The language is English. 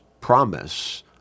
promise